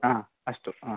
आ अस्तु हा